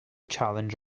challenge